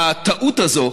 הטעות הזו